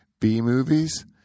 B-movies